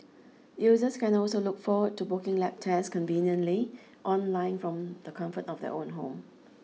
users can also look forward to booking lab tests conveniently online from the comfort of their own home